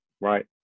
right